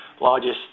largest